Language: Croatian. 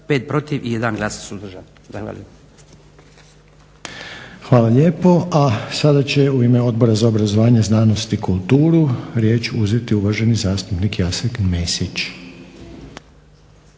**Reiner, Željko (HDZ)** Hvala lijepo. A sada će u ime Odbora za obrazovanje, znanost i kulturu riječ uzeti uvaženi zastupnik Jasen Mesić.